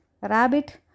Rabbit